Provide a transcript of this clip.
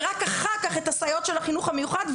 ורק אחר כך את הסייעות של החינוך המיוחד,